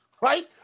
right